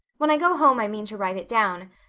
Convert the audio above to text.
when i go home i mean to write it down.